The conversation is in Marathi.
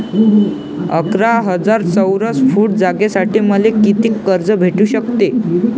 अकरा हजार चौरस फुट जागेसाठी मले कितीक कर्ज भेटू शकते?